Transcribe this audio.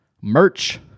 merch